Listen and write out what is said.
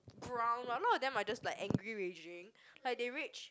a lot of them just like angry raging like they rage